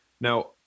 Now